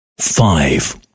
five